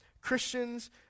Christians